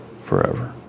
forever